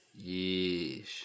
yeesh